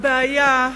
הבעיה היא,